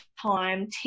time